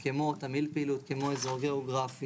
למשרד הבריאות ולמשרד האוצר,